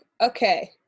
Okay